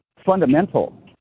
fundamental